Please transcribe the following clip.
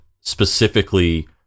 specifically